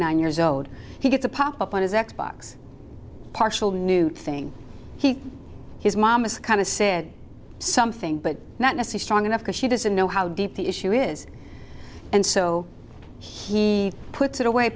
nine years old he gets a pop up on his x box parshall new thing he his mom is kind of said something but not message trying enough because she doesn't know how deep the issue is and so he puts it away